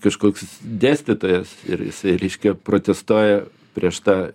kažkoks dėstytojas ir reiškia protestuoja prieš tą